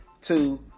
two